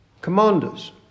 commanders